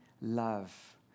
love